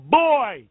boy